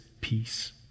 peace